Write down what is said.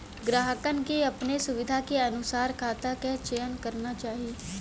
ग्राहकन के अपने सुविधा के अनुसार खाता क चयन करना चाही